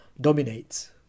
dominates